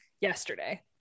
yesterday